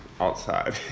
outside